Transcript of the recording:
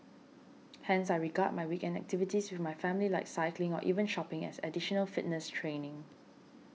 hence I regard my weekend activities with my family like cycling or even shopping as additional fitness training